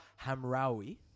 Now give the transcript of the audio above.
Hamraoui